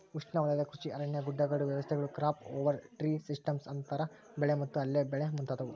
ಉಷ್ಣವಲಯದ ಕೃಷಿ ಅರಣ್ಯ ಗುಡ್ಡಗಾಡು ವ್ಯವಸ್ಥೆಗಳು ಕ್ರಾಪ್ ಓವರ್ ಟ್ರೀ ಸಿಸ್ಟಮ್ಸ್ ಅಂತರ ಬೆಳೆ ಮತ್ತು ಅಲ್ಲೆ ಬೆಳೆ ಮುಂತಾದವು